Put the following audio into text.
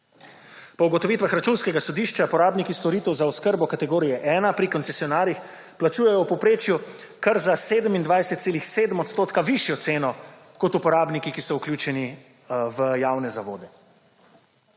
Po ugotovitvah Računskega sodišča uporabniki storitev za oskrbo kategorije 1 pri koncesionarjih plačujejo v povprečju kar za 27,7 % višjo ceno kot uporabniki, ki so vključeni v javne zavode.